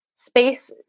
space